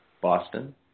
Boston